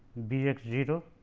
b x zero.